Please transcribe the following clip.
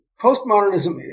postmodernism